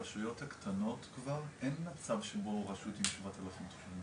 הרשויות הקטנות כבר אין מצב שבו רשות עם 7,000 תושבים תיקח.